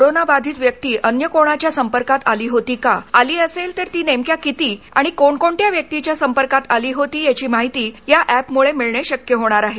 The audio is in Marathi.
कोरोनाबाधित व्यक्ती अन्य कोणाच्या संपर्कात आली होती का आली असेल तर ती नेमक्या किती आणि कोणकोणत्या व्यक्तींच्या सपर्कात आली होती याची माहिती या अॅपमुळे मिळणं शक्य होणार आहे